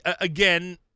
again